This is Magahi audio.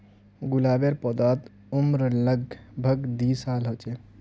गुलाबेर पौधार उम्र लग भग दी साल ह छे